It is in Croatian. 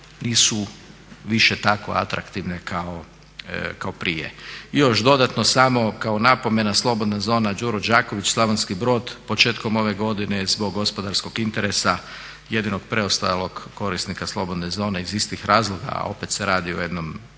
nisu više tako atraktivne kao prije. Još dodatno samo kao napomena, slobodna zona Đuro Đaković Slavonski Brod početkom ove godine zbog gospodarskog interesa jedinog preostalog korisnika slobodne zone iz istih razloga, a opet se radi o jednom